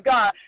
God